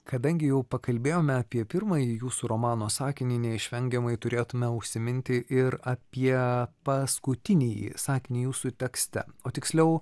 kadangi jau pakalbėjome apie pirmąjį jūsų romano sakinį neišvengiamai turėtume užsiminti ir apie paskutinįjį sakinį jūsų tekste o tiksliau